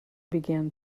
began